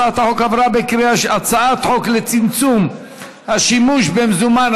הצעת חוק לצמצום השימוש במזומן,